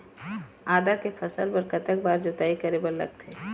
आदा के फसल बर कतक बार जोताई करे बर लगथे?